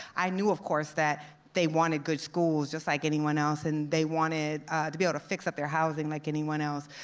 i knew, of course, that they wanted good schools just like anyone else, and they wanted to be able to fix up their housing like anyone else.